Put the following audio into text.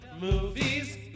movies